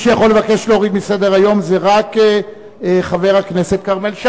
מי שיכול לבקש להוריד מסדר-היום זה רק חבר הכנסת כרמל שאמה,